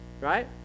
right